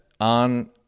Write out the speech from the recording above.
on